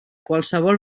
qualsevol